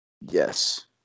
Yes